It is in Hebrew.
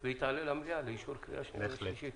והיא תעלה למליאה לאישור בקריאה שנייה ושלישית.